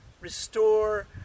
restore